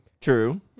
True